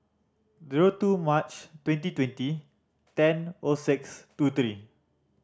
zero two March twenty twenty ten O six two three